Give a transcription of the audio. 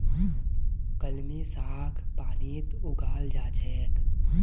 कलमी साग पानीत उगाल जा छेक